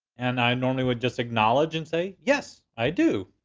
and i normally would just acknowledge and say, yes i do.